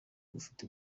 ufite